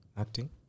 acting